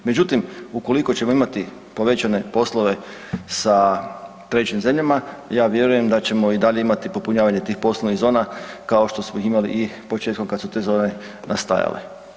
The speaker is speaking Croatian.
Međutim, ukoliko ćemo imati povećane poslove sa trećim zemljama, ja vjerujem da ćemo i dalje imati popunjavanje tih poslovnih zona kao što smo ih imali i početkom kada su te zone nastajale.